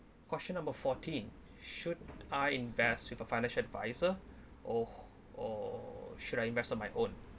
question number fourteen should I invest with a financial advisor or or should I invest on my own